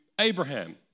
Abraham